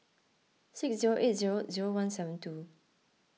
six zero eight zero zero one seven two